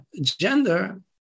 Gender